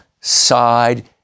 side